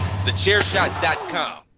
thechairshot.com